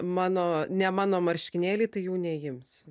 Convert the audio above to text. mano ne mano marškinėliai tai jų neimsiu